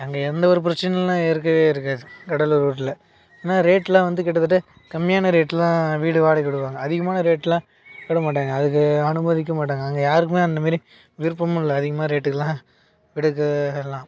அங்கே எந்த ஒரு பிரச்சினைல்லாம் இருக்கவே இருக்காது கடலூர் ரோட்டில் ஆனால் ரேட்டெல்லாம் வந்து கிட்டத்தட்ட கம்மியான ரேட்டில் தான் வீடு வாடகைக்கு விடுவாங்க அதிகமான ரேட்டெல்லாம் விடமாட்டாங்க அதுக்கு அனுமதிக்கவும் மாட்டாங்க அங்கே யாருக்குமே அந்தமாரி விருப்பமும் இல்லை அதிகமாக ரேட்டுக்கெல்லாம் விடக்கெல்லாம்